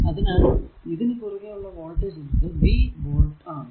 അതിനാൽ ഇതിനു കുറുകെ ഉള്ള വോൾടേജ് എന്നത് v വോൾട് ആണ്